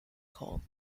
called